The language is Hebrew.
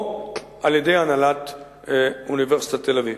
על-ידי הנהלת אוניברסיטת תל-אביב.